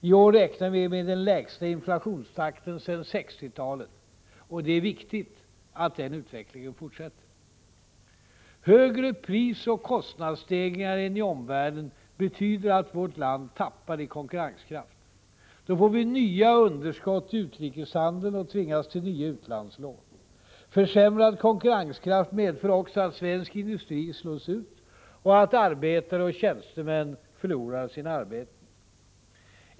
I år räknar vi med den lägsta inflationstakten sedan 1960-talet. Det är viktigt att den utvecklingen fortsätter. Högre prisoch kostnadsstegringar än i omvärlden betyder att vårt land tappar i konkurrenskraft. Då får vi nya underskott i utrikeshandeln och tvingas till nya utlandslån. Försämrad konkurrenskraft medför också att svensk industri slås ut och att arbetare och tjänstemän förlorar sina arbeten.